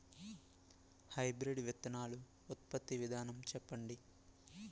Hybrid విత్తనాలు ఉత్పత్తి విధానం చెప్పండి?